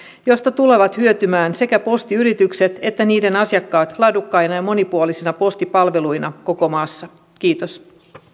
joista tulevat hyötymään sekä postiyritykset että niiden asiakkaat laadukkaina ja monipuolisina postipalveluina koko maassa kiitos